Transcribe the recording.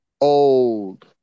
Old